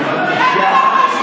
שקט, בבקשה.